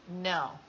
no